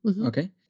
okay